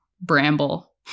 bramble